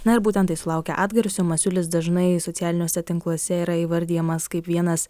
na ir būtent tai sulaukia atgarsio masiulis dažnai socialiniuose tinkluose yra įvardijamas kaip vienas